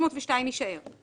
302 יישאר.